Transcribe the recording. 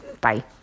Bye